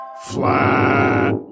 flat